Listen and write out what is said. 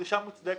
דרישה מוצדקת,